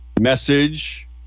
message